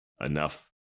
enough